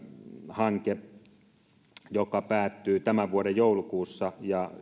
hanke joka päättyy tämän vuoden joulukuussa ja